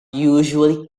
usually